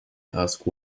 ask